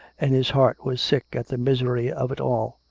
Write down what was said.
and his heart was sick at the misery of it all.